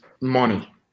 money